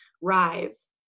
rise